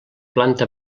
planta